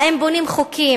האם בונים חוקים,